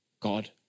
God